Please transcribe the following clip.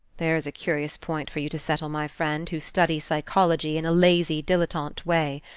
there is a curious point for you to settle, my friend, who study psychology in a lazy, dilettante way.